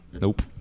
Nope